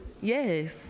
Yes